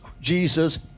jesus